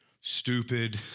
stupid